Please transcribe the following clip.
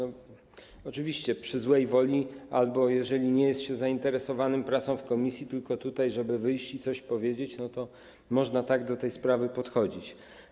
Oczywiście przy złej woli albo jeżeli nie jest się zainteresowanym pracą w komisji, tylko tym, żeby wyjść i coś powiedzieć, można tak do tej sprawy podchodzić.